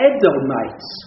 Edomites